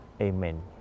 Amen